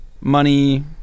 Money